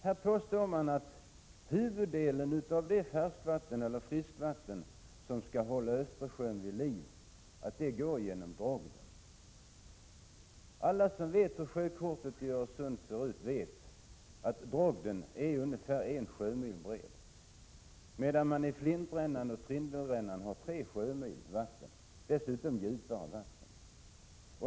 Det påstås att huvuddelen av det friskvatten som skall hålla Östersjön vid liv går genom Drogden. Alla som vet hur sjökortet i Öresund ser ut vet att Drogden är ungefär 1 nautisk mil bred, medan Flintrännan och Trindelrännan har 3 sjömil vatten och dessutom är djupare.